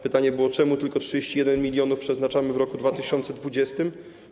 Pytanie było, czemu tylko 31 mln przeznaczamy w roku 2020.